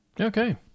Okay